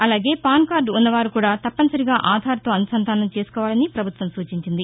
అలాగే పాన్కార్టు ఉన్నవారు కూడా తప్పనిసరిగా ఆధార్తో అనుసంధానం చేసుకోవాలని పభుత్వం సూచించింది